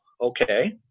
okay